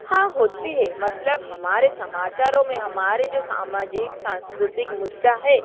हाँ होती है मतलब हमारे समाचारों में हमारे जो सामाजिक सांस्कृतिक मुद्दा है